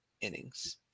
innings